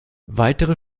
weitere